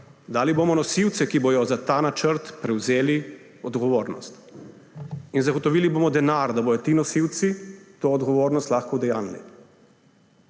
Dali bomo nosilce, ki bodo za ta načrt prevzeli odgovornost, in zagotovili bomo denar, da bodo ti nosilci to odgovornost lahko udejanjili.